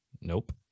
Nope